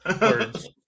Words